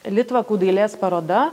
litvakų dailės paroda